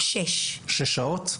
שש שעות.